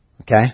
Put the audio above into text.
Okay